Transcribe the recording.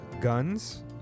guns